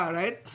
right